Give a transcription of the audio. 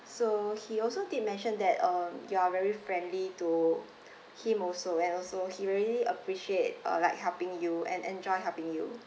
so he also did mentioned that uh you are very friendly to him also and also he really appreciate uh like helping you and enjoy helping you